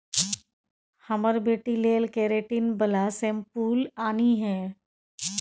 हमर बेटी लेल केरेटिन बला शैंम्पुल आनिहे